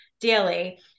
daily